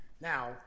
Now